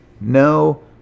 no